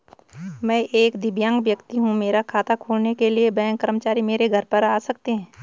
मैं एक दिव्यांग व्यक्ति हूँ मेरा खाता खोलने के लिए बैंक कर्मचारी मेरे घर पर आ सकते हैं?